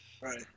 Right